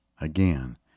Again